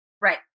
Right